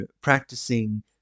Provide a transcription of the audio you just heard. practicing